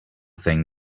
thing